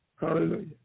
Hallelujah